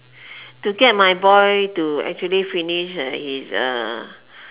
to get my boy to actually finish uh his uh